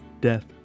death